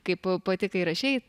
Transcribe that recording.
kaip pati kai rašei